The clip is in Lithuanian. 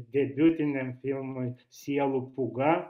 debiutiniam filmui sielų pūga